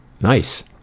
nice